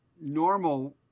normal